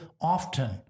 often